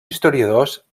historiadors